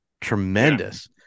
tremendous